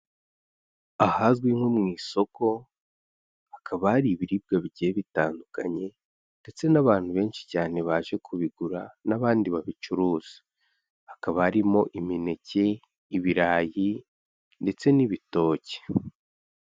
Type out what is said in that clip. Ahazwi nko mu isoko, hakaba hari ibiribwa bigiye bitandukanye ndetse n'abantu benshi cyane baje kubigura n'abandi babicuruza, hakaba harimo imineke, ibirayi ndetse n'ibitoki.